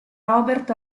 robert